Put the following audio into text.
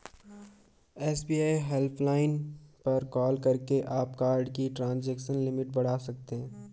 SBI helpline पर call करके आप कार्ड की ट्रांजैक्शन लिमिट बढ़ा सकते हैं